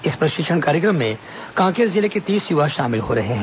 इस प्रशिक्षण कार्यक्रम में कांकेर जिले के तीस युवा शामिल हो रहे हैं